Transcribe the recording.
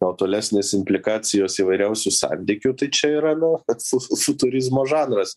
o tolesnės implikacijos įvairiausių santykių tai čia yra nu su su turizmo žanras